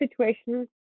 situation